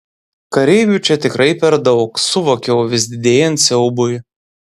kareivių čia tikrai per daug suvokiau vis didėjant siaubui